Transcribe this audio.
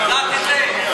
את יודעת את זה?